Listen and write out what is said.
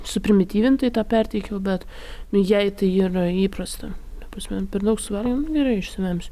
suprimityvintai tą perteikiau bet jai tai yra įprasta prasme per daug suvalgiau nu gerai išsivemsiu